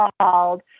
called